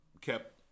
kept